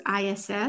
ISS